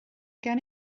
gen